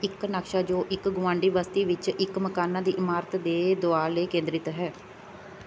ਇੱਕ ਨਕਸ਼ਾ ਜੋ ਇੱਕ ਗੁਆਂਢੀ ਬਸਤੀ ਵਿੱਚ ਇੱਕ ਮਕਾਨਾਂ ਦੀ ਇਮਾਰਤ ਦੇ ਦੁਆਲੇ ਕੇਂਦਰਿਤ ਹੈ